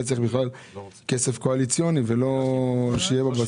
צריך בכלל כסף קואליציוני ולא שיהיה בבסיס.